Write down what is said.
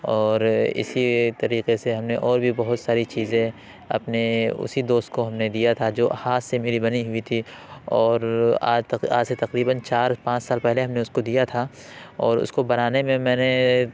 اور اسی طریقے سے ہم نے اور بھی بہت ساری چیزیں اپنے اسی دوست کو ہم نے دیا تھا جو ہاتھ سے میری بنی ہوئی تھی اور آج سے تقریباً چار پانچ سال پہلے ہم نے اس کو دیا تھا اور اس کو بنانے میں میں نے